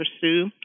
pursue